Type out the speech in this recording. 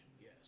yes